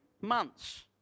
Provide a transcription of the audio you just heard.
months